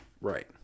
Right